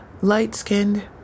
light-skinned